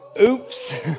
Oops